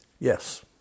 Yes